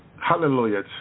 Hallelujah